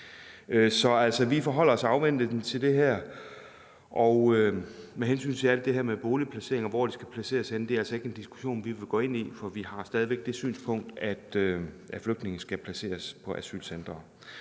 Så vi forholder os afventende til det her. Med hensyn til alt det her med boligplacering og hvor de skal placeres henne, er det ikke en diskussion, vi vil gå ind i, for vi har stadig væk det synspunkt, at flygtninge skal placeres på asylcentre.